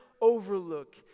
overlook